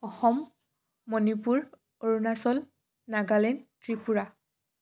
Assam Manipur Arunachal Nagaland Tripura